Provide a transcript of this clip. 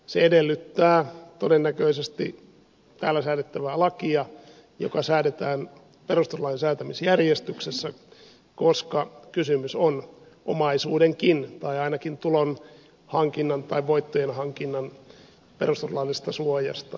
se edellyttää todennäköisesti täällä säädettävää lakia joka säädetään perustuslain säätämisjärjestyksessä koska kysymys on omaisuudenkin tai ainakin tulonhankinnan tai voittojen hankinnan perustuslaillisesta suojasta